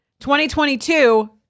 2022